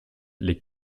les